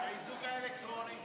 והאיזוק האלקטרוני.